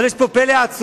אבל יש פה פלא עצום.